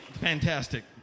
fantastic